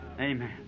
Amen